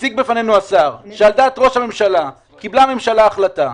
הציג בפנינו השר שעל דעת ראש הממשלה קיבלה הממשלה החלטה.